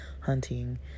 hunting